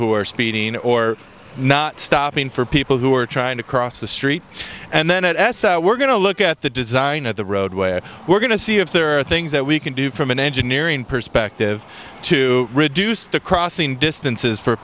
who are speeding or not stopping for people who are trying to cross the street and then it as we're going to look at the design of the road where we're going to see if there are things that we can do from an engineering perspective to reduce the crossing distances for